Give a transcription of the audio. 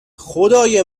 خدای